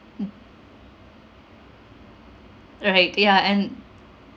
right ya and